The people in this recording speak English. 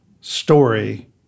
story